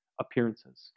appearances